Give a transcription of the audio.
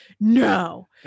no